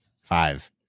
Five